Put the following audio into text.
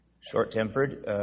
short-tempered